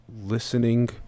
listening